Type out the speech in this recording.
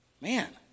Man